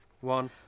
one